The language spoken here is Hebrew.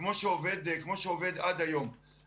כמו שזה עובד עד היום.